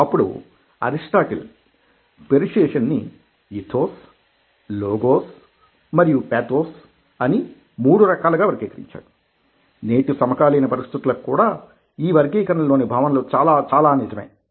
అప్పుడు Aristotle persuasion ని ఇథోస్లోగోస్మరియు పేథోస్ అని 3రకాలు గా వర్గీకరించాడు నేటి సమకాలీన పరిస్థితులకి కూడా ఈ వర్గీకరణ లోని భావనలు చాలా చాలా నిజమే